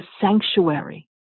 sanctuary